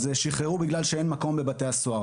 אז שחררו בגלל שאין מקום בבתי הסוהר.